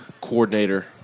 coordinator